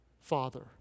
father